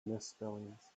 misspellings